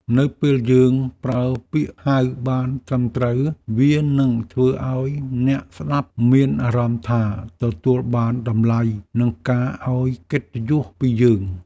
នៅពេលយើងប្រើពាក្យហៅបានត្រឹមត្រូវ វានឹងធ្វើឱ្យអ្នកស្ដាប់មានអារម្មណ៍ថាទទួលបានតម្លៃនិងការឱ្យកិត្តិយសពីយើង។